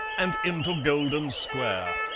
and into golden square.